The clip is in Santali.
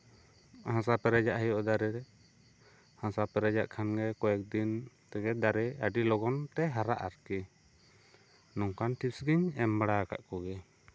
ᱦᱟᱥᱟ ᱯᱮᱨᱮᱡ ᱟᱜ ᱦᱩᱭᱩᱜᱼᱟ ᱫᱟᱨᱮ ᱨᱮ ᱦᱟᱥᱟ ᱯᱮᱨᱮᱡ ᱟᱜ ᱠᱷᱟᱱᱜᱮ ᱠᱚᱭᱮᱠ ᱫᱤᱱ ᱛᱮᱜᱮ ᱫᱟᱨᱮ ᱟᱹᱰᱤ ᱞᱚᱜᱚᱱ ᱛᱮ ᱦᱟᱨᱟᱜᱼᱟ ᱟᱨᱠᱤ ᱱᱚᱝᱠᱟᱱ ᱴᱤᱯᱥ ᱜᱤᱧ ᱮᱢ ᱵᱟᱲᱟ ᱠᱟᱜ ᱠᱚᱜᱮᱭᱟ